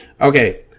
Okay